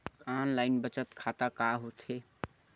Online बचत खाता का होथे?